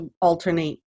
alternate